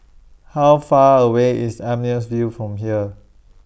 How Far away IS Amaryllis Ville from here